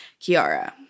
Kiara